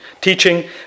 teaching